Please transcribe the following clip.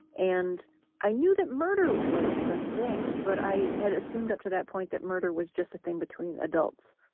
and i knew that murder was a thing, but i had assumed up to that point that murder was just a thing between adults.